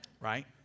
Right